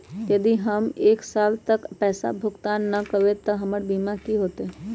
यदि हम एक साल तक पैसा भुगतान न कवै त हमर बीमा के की होतै?